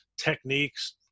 techniques